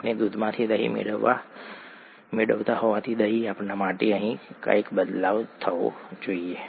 આપણે દૂધમાંથી દહીં મેળવતા હોવાથી દહીં આપવા માટે અહીં કંઈક બદલાવ થવો જોઈએ